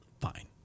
Fine